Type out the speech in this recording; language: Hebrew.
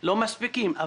לא מספיקים,